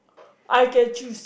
I can choose